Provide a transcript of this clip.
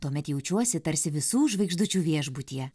tuomet jaučiuosi tarsi visų žvaigždučių viešbutyje